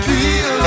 Feel